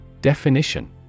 Definition